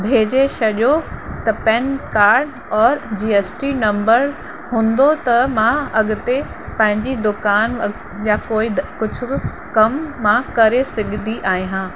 भेजे छॾियो त पैन काड और जी एस टी नंबर हूंदो त मां अॻिते पंहिंजी दुकान या कोई बि कुझु बि कमु मां करे सघंदी आहियां